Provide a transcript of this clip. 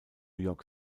york